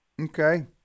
Okay